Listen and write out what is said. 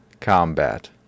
Combat